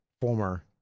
former